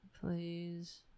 Please